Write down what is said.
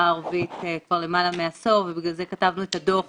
הערבית כבר למעלה מעשור ובגלל זה כתבנו את הדוח